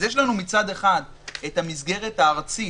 אז יש לנו מצד אחד את המסגרת הארצית,